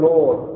Lord